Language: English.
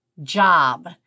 job